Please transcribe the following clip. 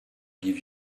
give